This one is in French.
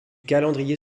calendrier